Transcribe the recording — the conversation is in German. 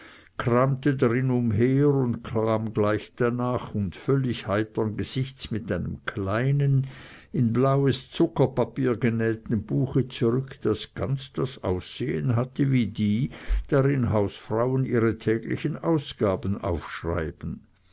kramte drin umher und kam gleich danach und völlig heitern gesichts mit einem kleinen in blaues zuckerpapier genähten buche zurück das ganz das aussehen hatte wie die drin hausfrauen ihre täglichen ausgaben aufschreiben